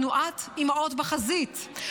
תנועת אימהות בחזית,